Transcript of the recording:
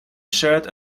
shirt